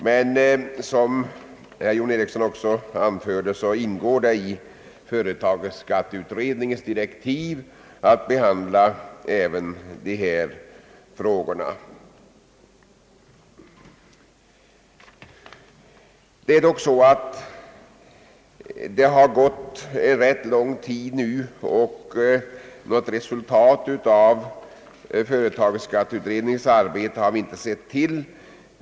Som herr John Ericsson också anförde ingår det i företagsskatteutredningens direktiv att behandla även dessa frågor. Emellertid har nu rätt lång tid förflutit, och något resultat av utredningens arbete har vi inte sett till.